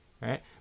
right